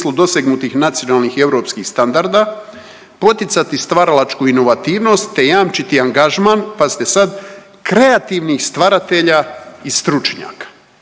u smislu dosegnutih nacionalnih i europskih standarda, poticati stvaralačku inovativnost te jamčiti angažman, pazite sad, kreativnih stvaratelja i stručnjaka.